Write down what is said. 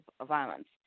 violence